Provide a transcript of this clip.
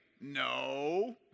No